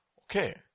Okay